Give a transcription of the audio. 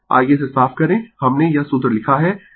आइये इसे साफ करें हमने यह सूत्र लिखा है